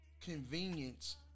Convenience